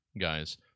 guys